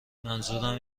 منظورم